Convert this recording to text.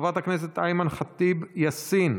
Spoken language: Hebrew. חברת הכנסת איימאן ח'טיב יאסין,